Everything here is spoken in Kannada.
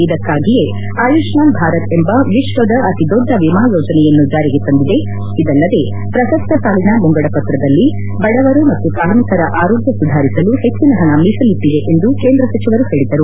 ಇದಕ್ಕಾಗಿಯೇ ಆಯುಷ್ಠಾನ್ ಭಾರತ್ ಎಂಬ ವಿಶ್ವದ ಅತಿ ದೊಡ್ಡ ವಿಮಾ ಯೋಜನೆಯನ್ನು ಜಾರಿಗೆ ತಂದಿದೆ ಇದಲ್ಲದೇ ಪ್ರಸಕ್ತ ಸಾಲಿನ ಮುಂಗಡ ಪತ್ರದಲ್ಲಿ ಬಡವರು ಮತ್ತು ಕಾರ್ಮಿಕರ ಆರೋಗ್ಯ ಸುಧಾರಿಸಲು ಹೆಚ್ಚಿನ ಪಣ ಮೀಸಲಿಟ್ಟದೆ ಎಂದು ಕೇಂದ್ರ ಸಚಿವರು ಹೇಳದರು